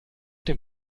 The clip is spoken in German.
dem